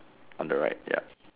on the right ya